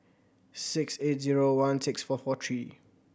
six eight zero one six four four three